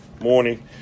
morning